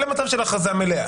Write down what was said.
אלא במצב של הכרזה מלאה.